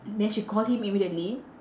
then she call him immediately